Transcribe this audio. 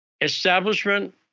Establishment